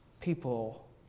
People